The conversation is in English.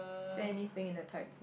is there anything in the tide pool